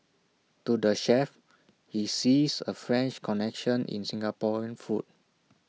to the chef he sees A French connection in Singaporean food